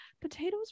Potatoes